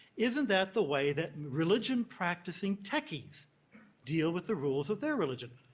isn't that the way that and religion practicing techies deal with the rules of their religion?